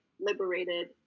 liberated